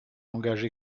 engage